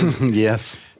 yes